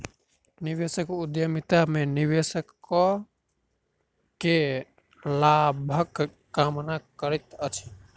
निवेशक उद्यमिता में निवेश कअ के लाभक कामना करैत अछि